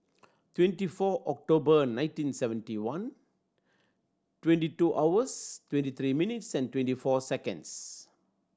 twenty four October nineteen seventy one twenty two hours twenty three minutes twenty four seconds